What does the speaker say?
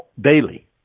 daily